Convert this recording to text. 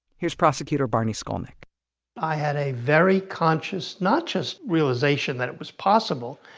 here's prosecutor barney skolnik i had a very conscious, not just realization that was possible,